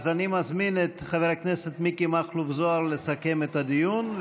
אז אני מזמין את חבר הכנסת מיקי מכלוף זוהר לסכם את הדיון,